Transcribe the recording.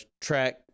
track